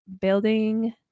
building